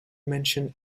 mention